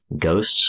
Ghosts